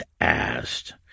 asked